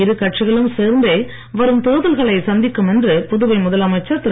இரு கட்சிகளும் சேர்ந்தே வரும் தேர்தல்களை சந்திக்கும் என்று புதுவை முதலமைச்சர் திரு